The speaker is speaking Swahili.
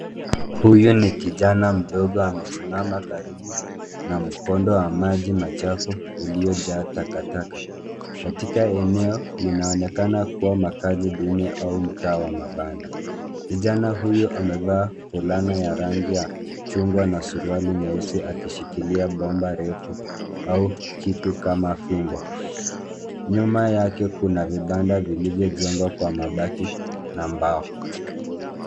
Huyu ni kijana mdogo amesimama karibu na mkondo wa maji machafu uliyonjaa takataka katika eneo linaonekana kuwa makahazi nduni au mtaa wa mabanda. Kijana huyu amevaa fulana ya rangi ya chugwa na suruwali nyeusi akishikilia bomba refu au kitu kama fimbo, nyuma yake kuna vibada vilivyojegwa kwa mabati na mbao.